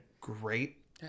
great